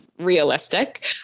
realistic